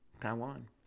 Taiwan